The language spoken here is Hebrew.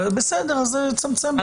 אז בסדר, אז צמצם.